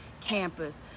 campus